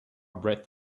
breath